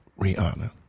Rihanna